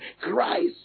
Christ